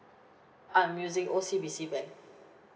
I'm using O_C_B_C bank